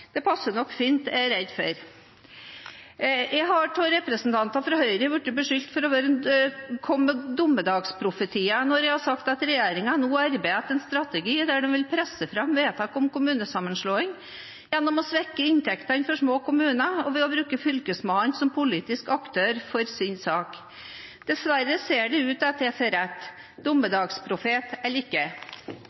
Det passer nok fint, er jeg redd. Jeg har av Høyre-representanter blitt beskyldt for å komme med dommedagsprofetier når jeg har sagt at regjeringen nå arbeider etter en strategi der de vil presse fram vedtak om kommunesammenslåing gjennom å svekke inntektene for små kommuner og ved å bruke Fylkesmannen som politisk aktør for sin sak. Dessverre ser det ut til at jeg får rett – dommedagsprofet eller ikke.